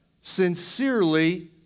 sincerely